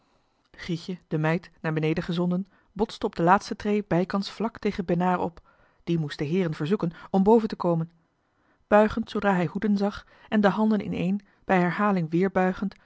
grietje de meid naar beneden gezonden botste op de laatste tree bijkans vlak tegen benaar op die moest de heeren verzoeken om boven te komen buigend zoodra hij hoeden zag en de handen ineen bij herhaling wéér buigend